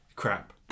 crap